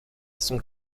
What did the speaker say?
sont